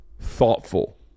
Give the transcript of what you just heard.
thoughtful